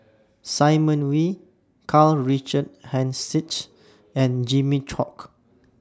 Simon Wee Karl Richard Hanitsch and Jimmy Chok